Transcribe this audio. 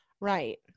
Right